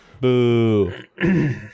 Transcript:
Boo